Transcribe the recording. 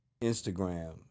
Instagram